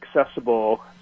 accessible